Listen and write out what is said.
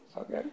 Okay